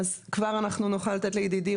אז כבר אנחנו נוכל לתת לידידי,